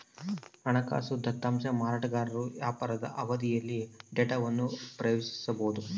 ಹಣಕಾಸು ದತ್ತಾಂಶ ಮಾರಾಟಗಾರರು ವ್ಯಾಪಾರದ ಅವಧಿಯಲ್ಲಿ ಡೇಟಾವನ್ನು ಪ್ರವೇಶಿಸಬೊದು